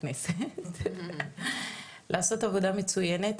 לכנסת לעשות עבודה מצויינת.